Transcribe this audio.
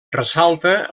ressalta